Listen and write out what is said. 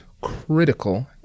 critical